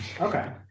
Okay